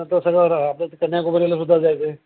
ना तर सगळं हा आता ते कन्याक वगैरेलासुद्धा जायचं आहे